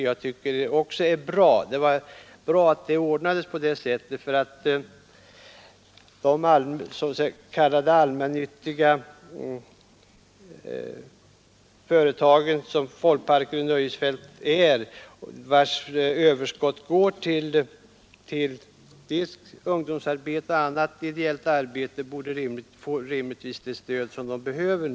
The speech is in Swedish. Jag tycker att det är bra att det har ordnats på det sättet, ty överskottet från verksamheten i s.k. allmännyttiga företag av typen folkparker och nöjesfält går ju till ungdomsarbete och annat ideellt arbete, som bör få det stöd man där behöver.